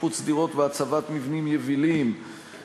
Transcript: שיפוץ דירות והצבת מבנים יבילים,